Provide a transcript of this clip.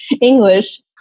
English